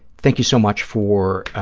thank you so much for